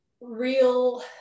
real